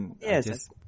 Yes